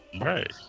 right